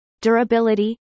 durability